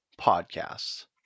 podcasts